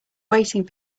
waiting